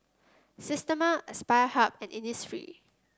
Systema Aspire Hub and Innisfree